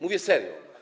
Mówię serio.